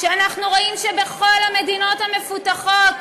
כשאנחנו רואים שבכל המדינות המפותחות